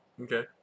Okay